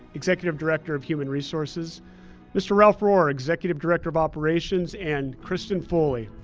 executive director of human resources mr. ralph rohwer, executive director of operations and kristin foley,